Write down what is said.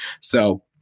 So-